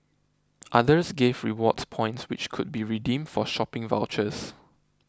others gave rewards points which could be redeemed for shopping vouchers